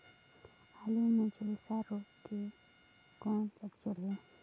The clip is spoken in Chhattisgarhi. आलू मे झुलसा रोग के कौन लक्षण हे?